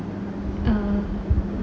err